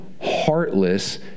heartless